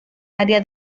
área